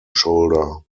shoulder